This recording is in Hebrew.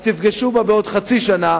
אז תפגשו בה בעוד חצי שנה,